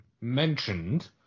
mentioned –